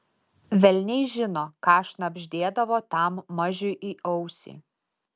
velniai žino ką šnabždėdavo tam mažiui į ausį